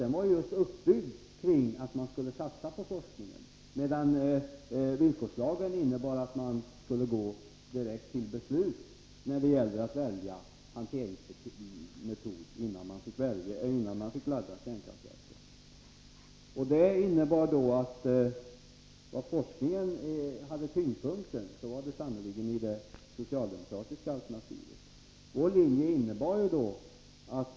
Det var ju uppbyggt just kring att man skulle satsa på forskning, medan villkorslagen innebar att man skulle gå direkt till beslut beträffande hanteringsmetod, innan man fick ladda kärnkraftverken. Det var sannerligen i det socialdemokratiska alternativet som tyngdpunkten på forskning fanns.